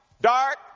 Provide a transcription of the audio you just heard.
dark